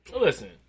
Listen